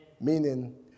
Meaning